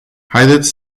haideți